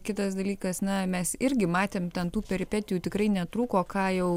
kitas dalykas na mes irgi matėm ten tų peripetijų tikrai netrūko ką jau